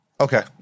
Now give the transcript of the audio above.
Okay